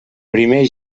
primer